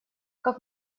как